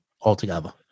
altogether